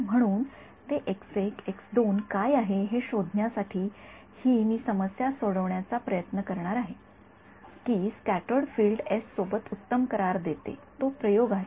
म्हणून ते काय आहेत हे शोधण्यासाठी हि मी समस्या सोडवण्याचा प्रयत्न करणार आहे की स्क्याटर्ड फील्ड एस सोबत उत्तम करार देते तो प्रयोग आहे